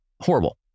horrible